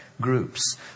groups